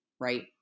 right